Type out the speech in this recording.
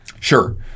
Sure